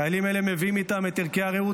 חיילים אלה המביאים איתם את ערכי הרעות